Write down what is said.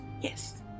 yes